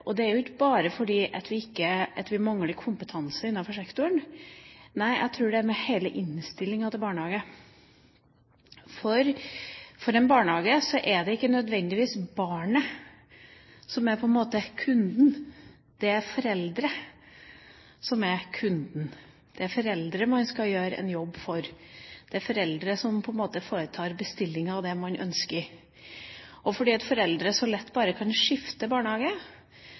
Det er ikke bare fordi vi mangler kompetanse innenfor sektoren. Nei, jeg tror det har med hele innstillinga til barnehagen å gjøre, for i barnehagen er det ikke nødvendigvis barnet som er kunden. Det er foreldrene som er kunden. Det er foreldrene man skal gjøre en jobb for. Det er foreldrene som på en måte foretar bestillinga av det de ønsker. Og fordi foreldre så lett bare kan skifte barnehage